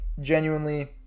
genuinely